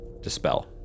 dispel